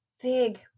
big